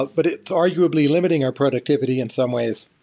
but but it's arguably limiting our productivity in some ways.